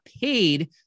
paid